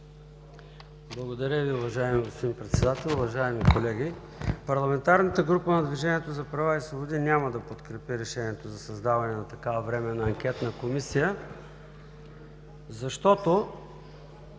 Благодаря Ви, уважаеми господин Председател. Уважаеми колеги, парламентарната група на „Движението за права и свободи“ няма да подкрепи решението за създаване на такава Временна анкетна комисия, защото